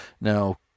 Now